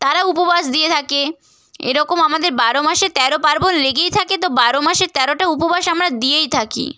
তারা উপবাস দিয়ে থাকে এরকম আমাদের বারো মাসে তেরো পার্বণ লেগেই থাকে তো বারো মাসে তেরোটা উপবাস আমরা দিয়েই থাকি